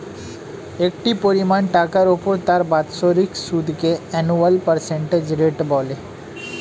একটি পরিমাণ টাকার উপর তার বাৎসরিক সুদকে অ্যানুয়াল পার্সেন্টেজ রেট বলে